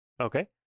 Okay